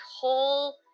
whole